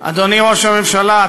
אדוני ראש הממשלה,